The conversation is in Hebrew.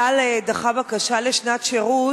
צה"ל דחה בקשה לשנת שירות,